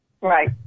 right